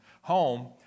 home